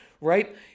right